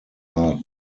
laden